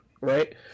right